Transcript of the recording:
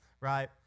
right